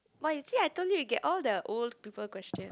but you see I told you you get all the old people question